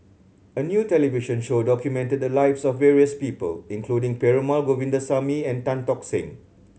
a new television show documented the lives of various people including Perumal Govindaswamy and Tan Tock Seng